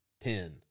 ten